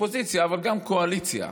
אופוזיציה אבל גם קואליציה,